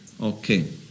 Okay